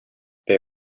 they